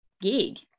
gig